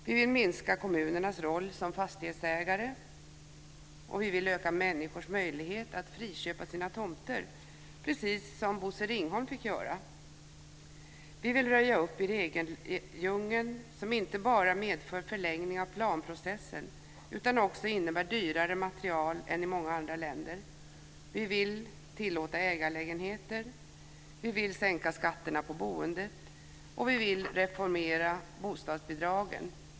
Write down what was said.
Vi vill minska kommunernas roll som fastighetsägare. Vi vill öka människors möjlighet att friköpa sina tomter - precis som Bosse Ringholm fick göra. Vi vill röja upp i regeldjungeln, som inte bara medför förlängning av planprocessen utan också innebär dyrare material än i många andra länder. Vi vill tillåta ägarlägenheter. Vi vill sänka skatterna på boendet. Vi vill reformera bostadsbidragen.